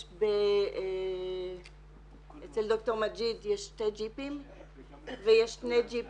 אז אם לא מצ'פרים יש --- ברור שלא,